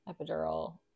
epidural